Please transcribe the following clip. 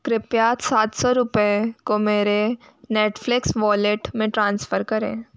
कृपया सात सौ रुपये को मेरे नेटफ़्लिक्स वॉलेट में ट्रांसफर करें